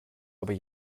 aber